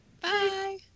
Bye